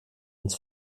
ins